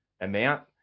amount